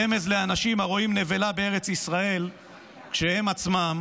רמז לאנשים הרואים נבלה בארץ ישראל כשהם עצמם